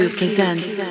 presents